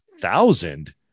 thousand